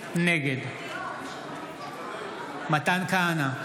נגד מתן כהנא,